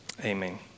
Amen